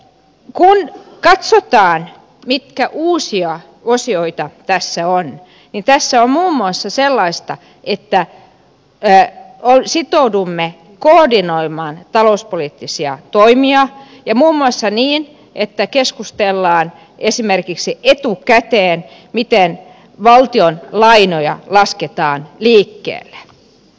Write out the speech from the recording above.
kun katsotaan mitä uusia osioita tässä on niin tässä on muun muassa sellaista että sitoudumme koordinoimaan talouspoliittisia toimia muun muassa niin että keskustellaan esimerkiksi etukäteen miten valtion lainoja lasketaan liikkeelle